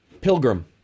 pilgrim